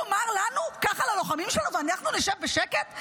יאמר לנו ככה על הלוחמים שלנו ואנחנו נשב בשקט?